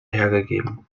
hergegeben